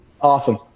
Awesome